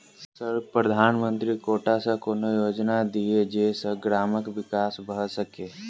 Sir प्रधानमंत्री quota सऽ कोनो योजना दिय जै सऽ ग्रामक विकास भऽ सकै?